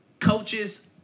coaches